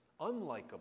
unlikable